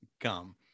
come